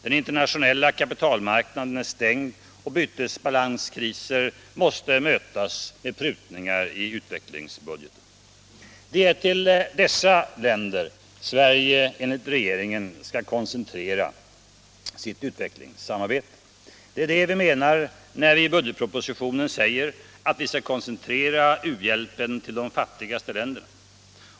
Den internationella kapitalmarknaden är stängd och bytesbalanskriser måste mötas med prutningar i utvecklingsbudgeten. Det är till dessa länder Sverige, enligt regeringens mening, skall koncentrera sitt utvecklingssamarbete. Det är det vi menar när vi i budgetpropositionen säger att vi skall koncentrera u-hjälpen till de fattigaste länderna.